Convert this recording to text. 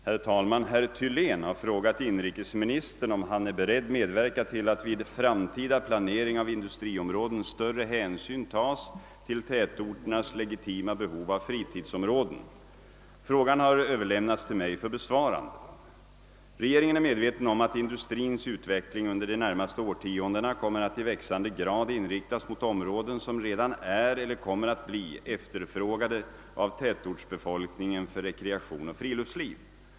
Herr talman! Herr Thylén har frågat inrikesministern om han är beredd medverka till att vid framtida planering av industriområden större hänsyn tas till tätorternas legitima behov av fritidsområden. Frågan har överlämnats till mig för besvarande. Regeringen är medveten om att industrins utveckling under de närmaste årtiondena kommer att i växande grad inriktas mot områden som redan är eller kommer att bli efterfrågade av tätortsbefolkningen för rekreation och friluftsliv.